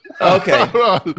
Okay